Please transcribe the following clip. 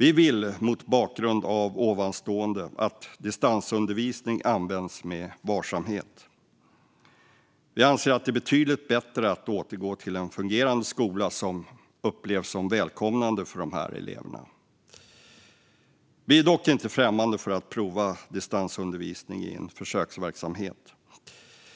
Vi vill, mot bakgrund av ovanstående, att distansundervisning används med varsamhet. Vi anser att det är betydligt bättre att återgå till en fungerande skola som upplevs som välkomnande för dessa elever. Vi är dock inte främmande för att prova distansundervisning i en försöksverksamhet,